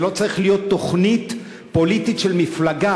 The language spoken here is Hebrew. זה לא צריך להיות תוכנית פוליטית של מפלגה,